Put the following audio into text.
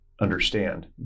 understand